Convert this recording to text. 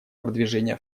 продвижения